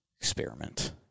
Experiment